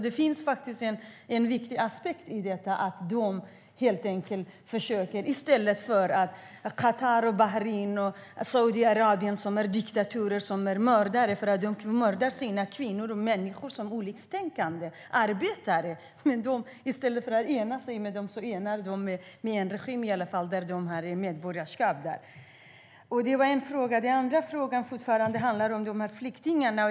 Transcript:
Det finns en viktig aspekt i att de försöker. Qatar, Bahrain och Saudiarabien är diktaturer och mördar sina kvinnor, människor som är oliktänkande och arbetare. I stället för att ena sig med dem enar de sig med en regim i ett land där de i varje fall har medborgarskap. Det var en fråga. Den andra frågan handlar om flyktingarna.